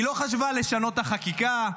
היא לא חשבה לשנות את החקיקה,